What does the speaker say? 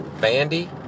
Bandy